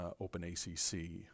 OpenACC